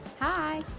Hi